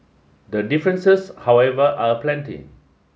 the differences however are aplenty